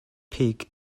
peak